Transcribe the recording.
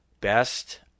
best